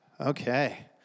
Okay